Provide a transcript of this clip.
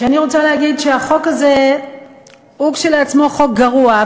אני רוצה להגיד שהחוק הזה הוא כשלעצמו חוק גרוע,